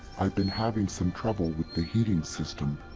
i've been having some trouble with the heating system.